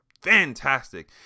fantastic